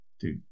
Dude